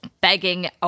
begging